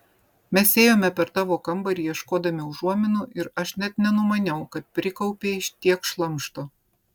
mes ėjome per tavo kambarį ieškodami užuominų ir aš net nenumaniau kad prikaupei tiek šlamšto